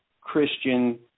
Christian